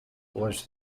was